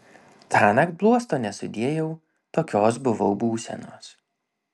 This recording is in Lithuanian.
tąnakt bluosto nesudėjau tokios buvau būsenos